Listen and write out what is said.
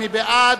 מי בעד?